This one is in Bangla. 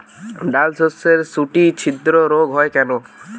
ডালশস্যর শুটি ছিদ্র রোগ হয় কেন?